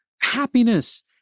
happiness